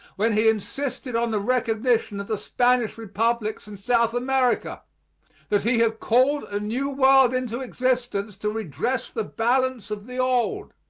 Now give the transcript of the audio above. when he insisted on the recognition of the spanish republics in south america that he had called a new world into existence to redress the balance of the old.